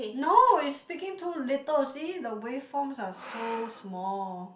no is speaking too little see the wave forms are so small